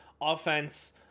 offense